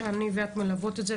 שאת ואני מלוות את זה,